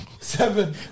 Seven